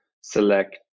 select